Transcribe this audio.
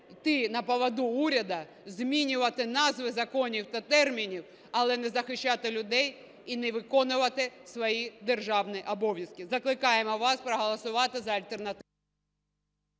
йти на поводу уряду, змінювати назви законів та термінів, але не захищати людей і не виконувати свої державні обов'язки. Закликаємо вас проголосувати за альтернативний...